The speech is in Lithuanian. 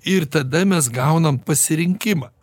ir tada mes gaunam pasirinkimą